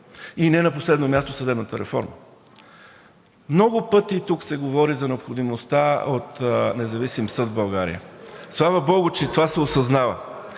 И не на последно място, съдебната реформа. Много пъти тук се говори за необходимостта от независим съд в България. Слава богу, че това се осъзнава.